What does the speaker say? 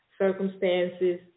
circumstances